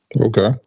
okay